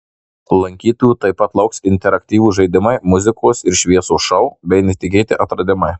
lankytojų taip pat lauks interaktyvūs žaidimai muzikos ir šviesos šou bei netikėti atradimai